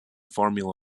formula